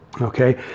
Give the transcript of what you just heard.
Okay